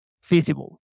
feasible